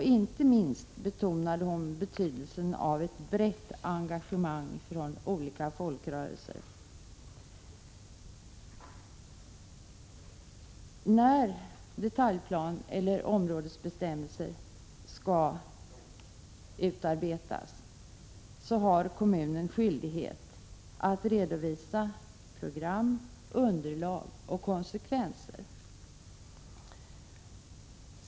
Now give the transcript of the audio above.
Inte minst betonade hon vikten av brett engagemang från olika folkrörelser. När en detaljplan eller områdesbestämmelser skall utarbetas har kommunen skyldighet att redovisa program, underlag och konsekvenser.